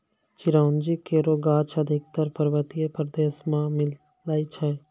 चिरौंजी केरो गाछ अधिकतर पर्वतीय प्रदेश म मिलै छै